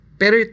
pero